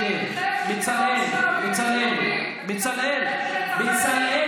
תגיד: אני מתנער מטרור של הערבים הקיצוניים,